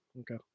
Okay